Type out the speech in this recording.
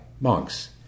monks